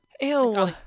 ew